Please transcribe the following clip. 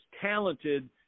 talented